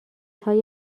های